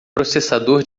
processador